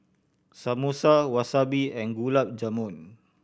Samosa Wasabi and Gulab Jamun